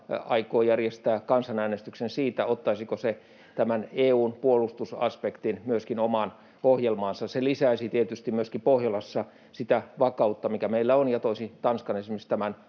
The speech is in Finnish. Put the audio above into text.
aikoo järjestää kansanäänestyksen siitä, ottaisiko se tämän EU:n puolustusaspektin myöskin omaan ohjelmaansa. Se lisäisi tietysti myöskin Pohjolassa sitä vakautta, mikä meillä on, ja toisi Tanskan esimerkiksi tämän